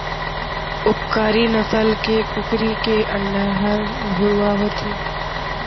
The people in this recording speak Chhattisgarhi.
उपकारी नसल के कुकरी के अंडा हर भुरवा होथे